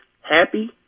happy